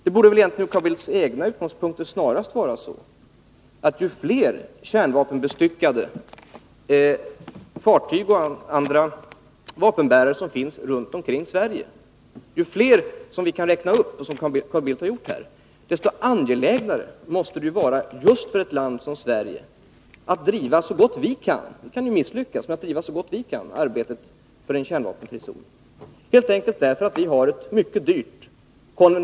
Det borde egentligen från Carl Bildts egna utgångspunkter snarast vara så att ju fler kärnvapenbestyckade fartyg och andra vapenbärare som finns runt omkring Sverige — och Carl Bildt har ju här gjort en uppräkning — desto angelägnare är det just för ett land som Sverige att så gott vi förmår, även med risk att misslyckas, driva arbetet för en kärnvapenfri zon, helt enkelt därför att vi har ett mycket dyrt försvar.